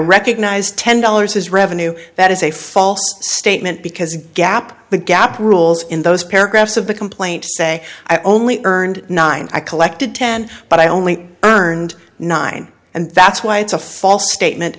recognize ten dollars as revenue that is a false statement because gap the gap rules in those paragraphs of the complaint say i only earned nine i collected ten but i only earned nine and that's why it's a false statement